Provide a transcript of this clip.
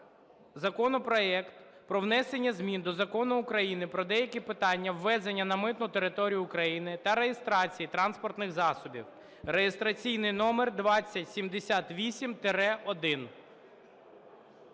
законопроект про внесення змін до Закону України "Про деякі питання ввезення на митну територію України та реєстрації транспортних засобів" (реєстраційний номер 2078-1).